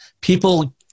people